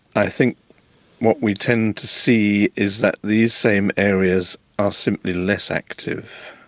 i think what we tend to see is that these same areas are simply less active.